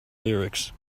lyrics